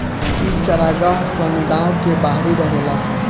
इ चारागाह सन गांव के बाहरी रहेला सन